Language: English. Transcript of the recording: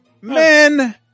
Men